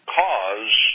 cause